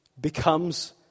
becomes